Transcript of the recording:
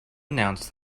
announce